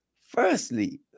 firstly